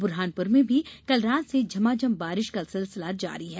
बुरहानपुर में भी कल रात से झमाझम बारिश का सिलसिला जारी है